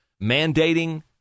mandating